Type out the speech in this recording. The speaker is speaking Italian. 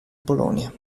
polonia